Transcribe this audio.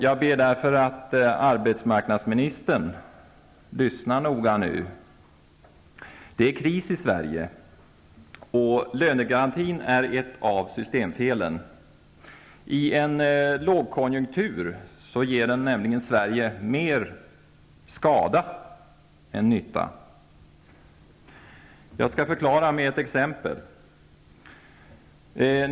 Jag ber därför att arbetsmarknadsministern lyssnar noga. Det är kris i Sverige, och lönegarantin är ett av systemfelen. I en lågkonjunktur gör den för Sverige mer skada än nytta. Jag skall förklara genom att ta ett exempel.